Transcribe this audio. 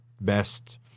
best –